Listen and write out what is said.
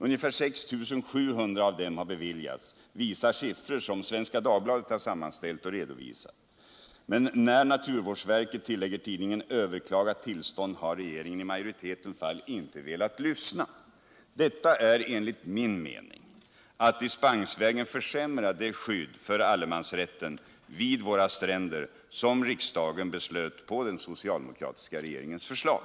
Ungefär 6 700 av dem har beviljats, visar Tisdagen den siffror som Svenska Dagbladet har sammanställt och redovisat. ”Men när 30 maj 1978 naturvårdsverket”, tillägger tidningen. ”överklagat ullstånd har regeringen i majoriteten fall inte velat lyssna.” Detta är enligt min mening att dispens Om regeringens vägen försämra det skydd för allemansrätten vid våra stränder som riksdagen syn på strandskydbeslöt på den socialdemokratiska regeringens förslag.